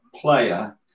player